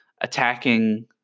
attacking